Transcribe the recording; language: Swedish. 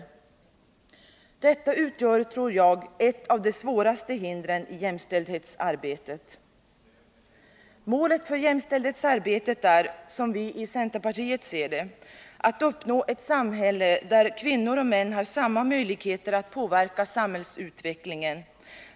Attityder och fördomar utgör, tror jag, ett par av de svåraste hindren i jämställdhetsarbetet. Målet för jämställdhetsarbetet är, som vi i centerpartiet ser det, att uppnå ett samhälle där kvinnor och män har samma möjligheter att påverka samhällsutvecklingen,